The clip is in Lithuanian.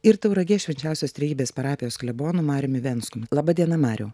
ir tauragės švenčiausios trejybės parapijos klebonu mariumi venskumi laba diena mariau